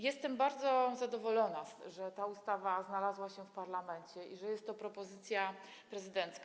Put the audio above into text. Jestem bardzo zadowolona, że ta ustawa znalazła się w parlamencie i że jest to propozycja prezydencka.